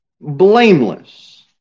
blameless